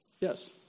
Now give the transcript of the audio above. Yes